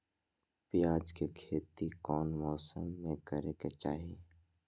प्याज के खेती कौन मौसम में करे के चाही?